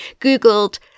googled